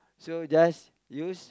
so just use